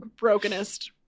brokenest